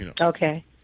Okay